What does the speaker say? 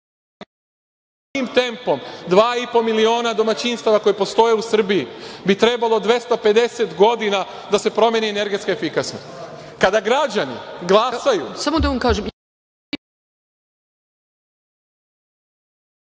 tempom, za 2,5 miliona domaćinstava koja postoje u Srbiji bi trebalo 250 godina da se promeni energetska efikasnost. Kada građani glasaju…